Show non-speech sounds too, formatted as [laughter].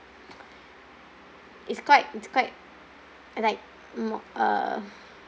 [breath] it's quite it's quite like mo~ uh